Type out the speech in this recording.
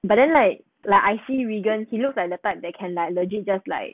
but then like like I see reagan he looks like that type that can like legit just like